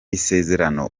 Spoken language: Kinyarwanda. isezerano